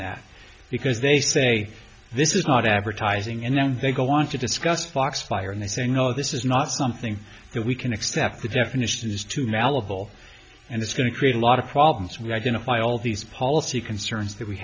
that because they say this is not advertising and then they go on to discuss foxfire and they say no this is not something that we can accept the definition is to malakal and it's going to create a lot of problems we identify all these policy concerns that we